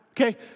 Okay